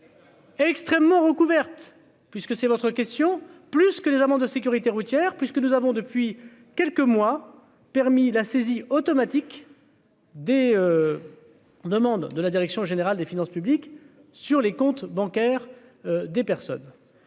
Extrêmement recouverte, puisque c'est votre question, plus que les Allemands de sécurité routière puisque nous avons depuis quelques mois, permis la saisie automatique. Des demande de la direction générale des finances publiques sur les comptes bancaires des personnes,